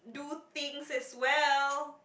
do things as well